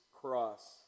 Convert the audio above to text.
cross